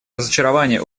разочарования